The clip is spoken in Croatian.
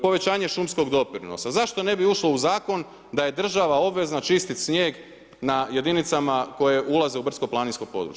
Povećanje šumskog doprinosa, zašto ne bi ušlo u zakon, da je država obvezna čistiti snijeg na jedinicama koje ulaze u brdsko planinsko područje.